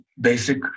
basic